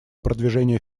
продвижения